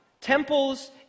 temples